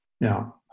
Now